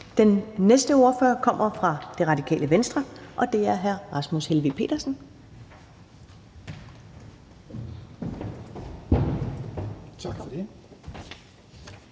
Den næste ordfører kommer fra Radikale Venstre, og det er hr. Rasmus Helveg Petersen.